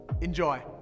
Enjoy